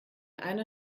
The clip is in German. einer